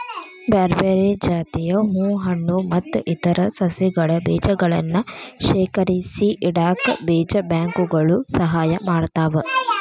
ಬ್ಯಾರ್ಬ್ಯಾರೇ ಜಾತಿಯ ಹೂ ಹಣ್ಣು ಮತ್ತ್ ಇತರ ಸಸಿಗಳ ಬೇಜಗಳನ್ನ ಶೇಖರಿಸಿಇಡಾಕ ಬೇಜ ಬ್ಯಾಂಕ್ ಗಳು ಸಹಾಯ ಮಾಡ್ತಾವ